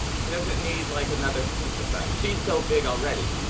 she doesn't need like another super sex. she's so big already.